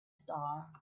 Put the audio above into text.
star